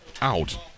out